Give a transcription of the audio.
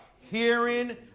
Hearing